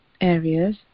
areas